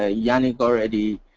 ah yeah jannik already